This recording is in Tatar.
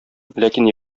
ләкин